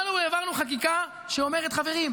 באנו והעברנו חקיקה שאומרת: חברים,